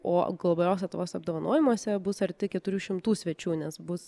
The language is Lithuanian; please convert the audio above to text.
o globalios lietuvos apdovanojimuose bus arti keturių šimtų svečių nes bus